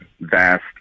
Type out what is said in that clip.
vast